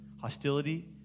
hostility